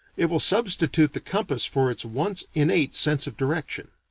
it will substitute the compass for its once innate sense of direction.